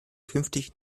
künftig